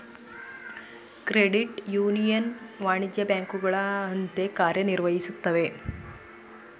credit union ವಾಣಿಜ್ಯ ಬ್ಯಾಂಕುಗಳ ಅಂತೆ ಕಾರ್ಯ ನಿರ್ವಹಿಸುತ್ತದೆ